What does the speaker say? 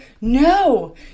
no